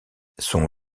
son